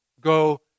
go